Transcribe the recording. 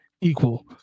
Equal